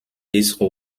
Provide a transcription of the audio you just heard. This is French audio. liste